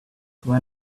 when